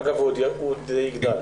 אגב, הוא עוד יגדל.